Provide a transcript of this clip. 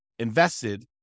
invested